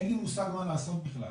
אין לי מושג מה לעשות בכלל.